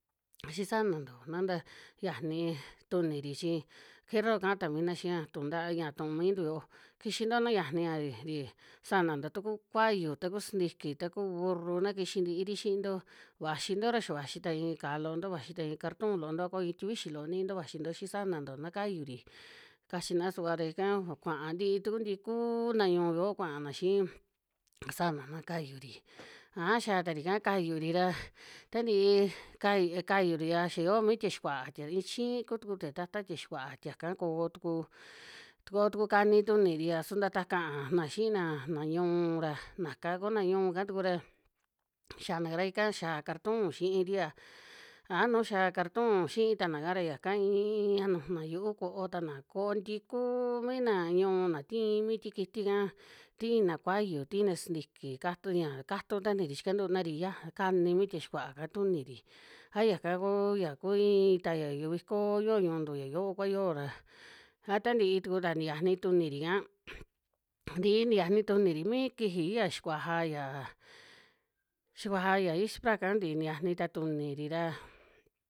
Xii sanantu na nta xiani tuniri chi fierro kaa ta mina xiya tu'u ntav tu'u mintu yo'o kixinto na yiani ña ri sananto ta ku kuayu, taku sintiki, taku burru na kixi ntiiri xiinto, vaxinto ra xia vaxi ta iin kaá loo nto vaxi ta iin carton loo nto, a ko iin tivixi loo ninto vaxinto xii sananto na kayuri kachina suva ra ika kuaa ntii, taku ntii kuuna ñu'un yoo kuana xii sana'na kayuri, aja xia tari ika kayuri ra, ta ntii kayu kayuri aa xia yoo mi tia xikua'a tia iin chii ku tuku tie tata tie xikua'a, tiaka koo tuku, tu koo tuku kani tuniri a su taka kaa xiina, na ñu'un ra kana kuna ñu'unka tukura xianaka ra, ika xiaa carton xiiri aa, aja nu xia carton xiita naka ra yaka iin, iinya nujuna yu'u koo tana, koo ntii kuu mina ñu'un na tii mi ti kiti'ka, tina kuayu, tina sintiki, kat ya katu tanari chikantunari yaj kani mi tie xikua'a tuniri, a yaka kuu ya ku iin taya viko yoo ñu'untu, ya yo'o kua yoo ra, a ta ntii tuku ta niyani tuniri'ka, ntii niyani tuniri mii kiji ya xikuaja ya, xivuaja ya ispra'ka ntii niyanita tuniri ra.